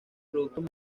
productos